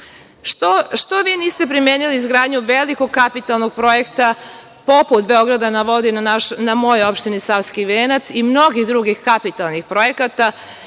Što vi niste primenili izgradnju velikog kapitalnog projekta, poput „Beograda na vodi“ na mojoj opštini Savski venac i mnogih drugih kapitalnih projekata,